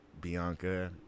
Bianca